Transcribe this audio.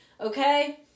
okay